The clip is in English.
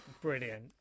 Brilliant